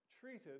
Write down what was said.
treated